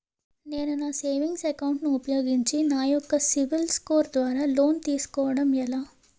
నేను నా savings account ను ఉపయోగించి నా యెక్క సిబిల్ స్కోర్ ద్వారా లోన్తీ సుకోవడం ఎలా?